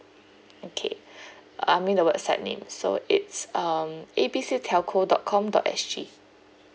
okay I mean the website name so it's um A B C telco dot com dot S_G